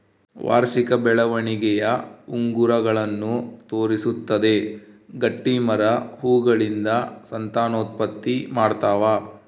ವಾರ್ಷಿಕ ಬೆಳವಣಿಗೆಯ ಉಂಗುರಗಳನ್ನು ತೋರಿಸುತ್ತದೆ ಗಟ್ಟಿಮರ ಹೂಗಳಿಂದ ಸಂತಾನೋತ್ಪತ್ತಿ ಮಾಡ್ತಾವ